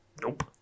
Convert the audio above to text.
Nope